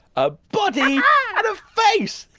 a body and a face,